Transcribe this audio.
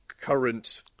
current